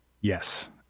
Yes